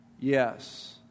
yes